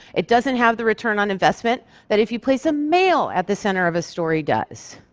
it doesn't have the return on investment that if you place a male at the center of a story does.